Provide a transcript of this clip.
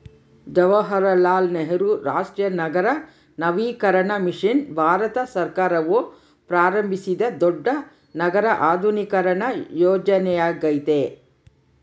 ಜವಾಹರಲಾಲ್ ನೆಹರು ರಾಷ್ಟ್ರೀಯ ನಗರ ನವೀಕರಣ ಮಿಷನ್ ಭಾರತ ಸರ್ಕಾರವು ಪ್ರಾರಂಭಿಸಿದ ದೊಡ್ಡ ನಗರ ಆಧುನೀಕರಣ ಯೋಜನೆಯ್ಯಾಗೆತೆ